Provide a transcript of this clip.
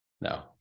No